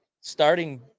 starting